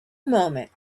moment